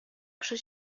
кеше